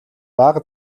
бага